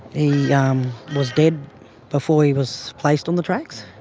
he yeah um was dead before he was placed on the tracks.